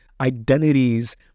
identities